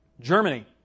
Germany